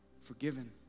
Forgiven